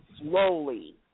slowly